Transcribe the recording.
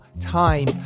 time